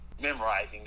memorizing